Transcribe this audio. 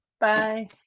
Bye